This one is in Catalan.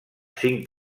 cinc